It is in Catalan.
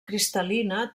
cristal·lina